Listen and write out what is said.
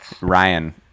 Ryan